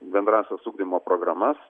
bendrąsias ugdymo programas